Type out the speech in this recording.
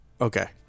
Okay